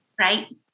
right